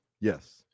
Yes